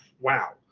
wow